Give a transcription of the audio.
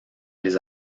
les